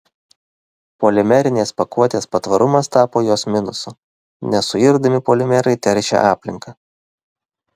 polimerinės pakuotės patvarumas tapo jos minusu nesuirdami polimerai teršia aplinką